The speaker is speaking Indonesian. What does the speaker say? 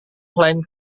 selain